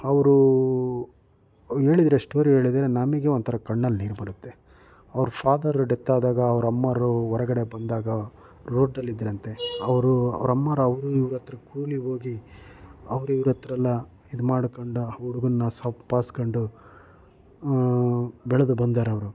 ಅವರು ಹೇಳಿದರೆ ಸ್ಟೋರಿ ಹೇಳಿದರೆ ನಮಗೆ ಒಂಥರ ಕಣ್ಣಲ್ಲಿ ನೀರು ಬರುತ್ತೆ ಅವ್ರ ಫಾದರ್ ಡೆತ್ ಆದಾಗ ಅವ್ರ ಅಮ್ಮಾವ್ರು ಹೊರಗಡೆ ಬಂದಾಗ ರೋಡಲ್ಲಿದ್ರಂತೆ ಅವರು ಅವ್ರ ಅಮ್ಮೋರು ಅವರು ಇವರತ್ರ ಕೂಲಿ ಹೋಗಿ ಅವರು ಇವರತ್ರೆಲ್ಲ ಇದು ಮಾಡ್ಕೊಂಡು ಹುಡುಗನ್ನ ಸೊಪ್ ಹಾಸಿಕೊಂಡು ಬೆಳೆದು ಬಂದರವರು